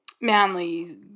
manly